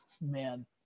man